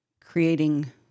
creating